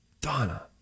Donna